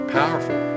powerful